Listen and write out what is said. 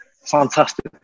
fantastic